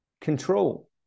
Control